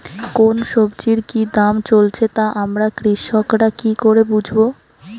কোন সব্জির কি দাম চলছে তা আমরা কৃষক রা কি করে বুঝবো?